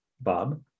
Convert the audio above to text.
Bob